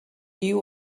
you